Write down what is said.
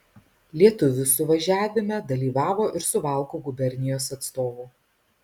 lietuvių suvažiavime dalyvavo ir suvalkų gubernijos atstovų